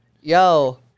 Yo